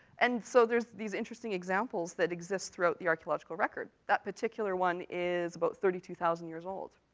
and so, there's these interesting examples that exist throughout the archaeological record. that particular one is about thirty two thousand years old.